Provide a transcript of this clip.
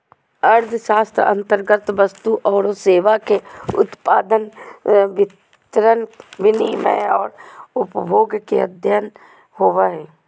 अर्थशास्त्र अन्तर्गत वस्तु औरो सेवा के उत्पादन, वितरण, विनिमय औरो उपभोग के अध्ययन होवो हइ